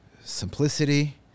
simplicity